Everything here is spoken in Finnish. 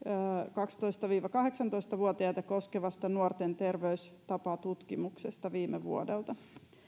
kaksitoista viiva kahdeksantoista vuotiaita koskevasta nuorten terveystapatutkimuksesta viime vuodelta